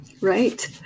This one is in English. Right